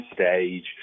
stage